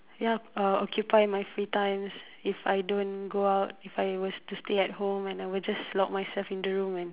ya uh occupy my free times if I don't go out if I were to stay at home and I would just lock myself in the room and